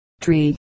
tree